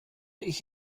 ich